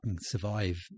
survive